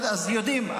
יודעים.